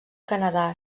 canadà